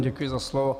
Děkuji za slovo.